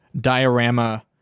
diorama